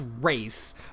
race